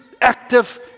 active